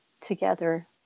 together